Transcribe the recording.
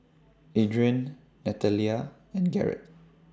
Adrain Natalia and Garrett